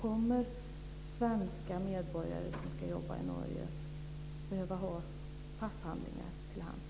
Kommer svenska medborgare som ska arbeta i Norge att behöva ha passhandlingar till hands?